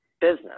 business